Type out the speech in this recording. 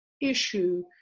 issue